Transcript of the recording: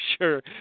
sure